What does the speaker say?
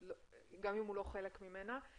גם אם הוא לא חלק ממנה.